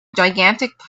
gigantic